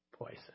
poison